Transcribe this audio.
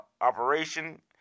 operation